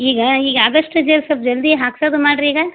ಈಗ ಈಗ ಆದಷ್ಟು ಜಲ್ದಿ ಹಾಕ್ಸೋದು ಮಾಡ್ರಿ ಈಗ